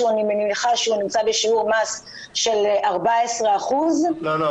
שאני מניחה שהוא נמצא בשיעור מס של 14%. לא,